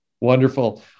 Wonderful